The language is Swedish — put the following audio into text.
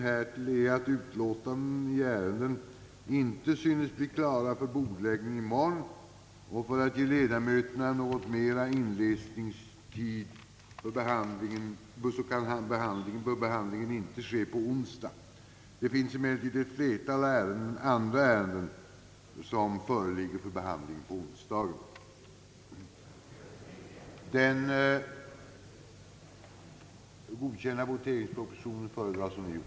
Bankoutskottets utlåtande i ärendet synes nämligen ej bli klart för bordläggning i morgon, och därför bör behandlingen ej ske på onsdag. Ett flertal andra ärenden föreligger dock för onsdagen.